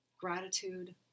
gratitude